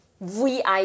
VIP